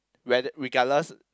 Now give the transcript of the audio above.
whether regardless